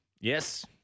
Yes